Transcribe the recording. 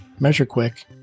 MeasureQuick